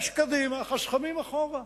יש קדימה, חסכמים אחורה.